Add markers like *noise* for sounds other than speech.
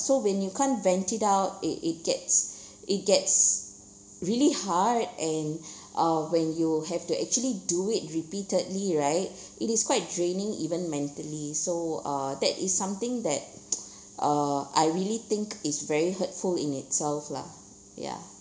so when you can't vent it out it it gets *breath* it gets really hard and *breath* uh when you have to actually do it repeatedly right it is quite draining even mentally so uh that is something that *noise* uh I really think is very hurtful in itself lah ya